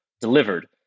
delivered